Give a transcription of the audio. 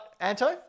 Anto